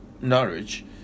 knowledge